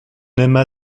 aima